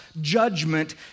judgment